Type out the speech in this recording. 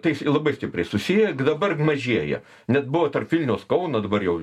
tai labai stipriai susiję dabar mažėja net buvo tarp vilniaus kauno dabar jau